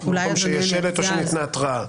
במקום שיש שלט או שניתנה התראה.